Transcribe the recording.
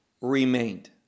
remained